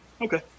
Okay